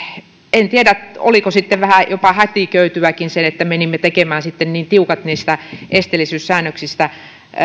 en tiedä oliko sitten vähän jopa hätiköityäkin että menimme tekemään niin tiukat niistä esteellisyyssäännöksistä